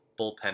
bullpen